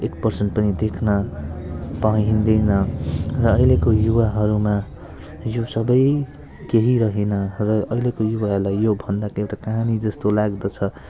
एक पर्सन्ट पनि देख्न पाइँदैन र अहिलेको युवाहरूमा यो सबै केही रहेन र अहिलेको युवाहरूलाई यो भन्दा एउटा कहानी जस्तो लाग्दछ